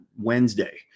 Wednesday